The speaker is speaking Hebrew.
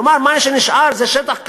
כלומר, מה שנשאר זה שטח קטן.